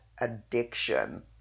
addiction